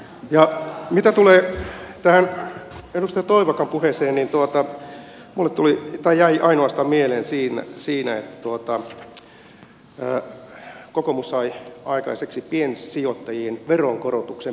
ja mitä tulee tähän edustaja toivakan puheeseen niin minulle jäi siinä mieleen ainoastaan että kokoomus sai aikaiseksi piensijoittajien veronkorotuksen puolittamisen